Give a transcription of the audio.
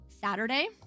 Saturday